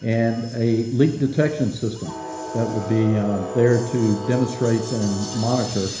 and a leak detection system that would be there to demonstrate, and monitor